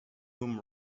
whom